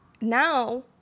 now